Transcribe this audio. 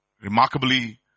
Remarkably